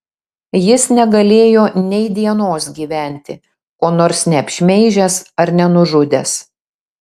jis negalėjo nei dienos gyventi ko nors neapšmeižęs ar nenužudęs